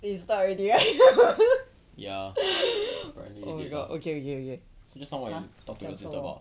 eh start already right ah oh my god okay okay okay 讲什么